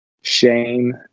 Shame